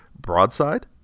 broadside